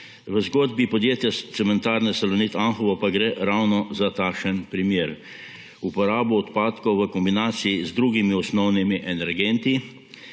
V zgodbi podjetja cementarne Salonit Anhovo pa gre ravno za takšen primer – uporabo odpadkov v kombinaciji z drugimi osnovnimi energenti